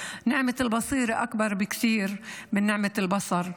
ומנע הרבה יותר מאנשים אחרים,